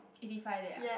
eighty five there ah